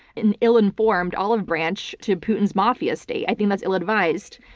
and ill-informed olive branch to putin's mafia state. i think that's ill-advised,